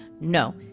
no